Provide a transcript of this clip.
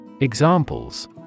Examples